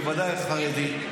בוודאי החרדית,